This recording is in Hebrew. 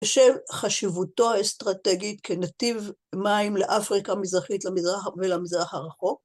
בשל חשיבותו האסטרטגית כנתיב מים לאפריקה המזרחית ולמזרח הרחוק.